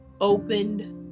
opened